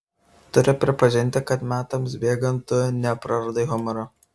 turiu pripažinti kad metams bėgant tu nepraradai humoro